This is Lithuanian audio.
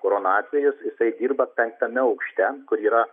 korona atvejis jisai dirba penktame aukšte kur yra